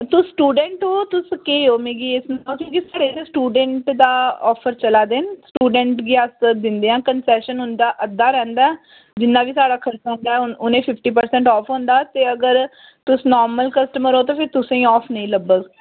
तुस स्टूडेंट ओ तुस केह् ओ मिगी एह् सनाओ क्योंकि इत्थै स्टूडेंट दा आफर चला दे न स्टूडेंट गी अस दिंदे आं कन्सेशन उं'दा अद्धा रौंह्दा जिन्ना बी साढ़ा खर्चा होंदा ऐ उनें ई फिफ्टी परसैंट आफ होंदा ऐ ते अगर तुस नार्मल कस्टमर ओ तो फ्ही तुसें ई आफ नेईं लब्भग